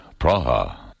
Praha